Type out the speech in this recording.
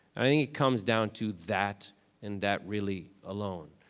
i think it comes down to that and that really alone,